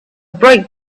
bright